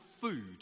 food